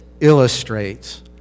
illustrates